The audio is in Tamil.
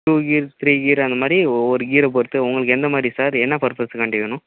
டூ கீர் த்ரீ கீர் அந்த மாதிரி ஒவ்வொரு கீரை பொறுத்து உங்களுக்கு எந்த மாதிரி சார் என்ன பர்பஸ்கான்டி வேணும்